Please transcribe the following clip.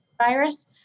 virus